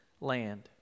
land